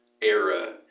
era